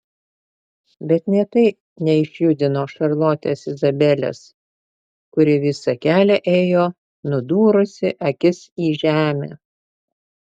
bet nė tai neišjudino šarlotės izabelės kuri visą kelią ėjo nudūrusi akis į žemę